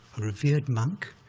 a revered monk,